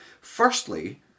Firstly